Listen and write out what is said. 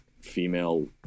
female